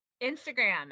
Instagram